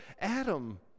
Adam